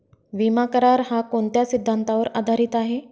विमा करार, हा कोणत्या सिद्धांतावर आधारीत आहे?